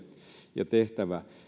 ja tehtävä